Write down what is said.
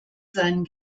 seinen